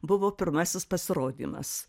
buvo pirmasis pasirodymas